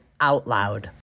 OUTLOUD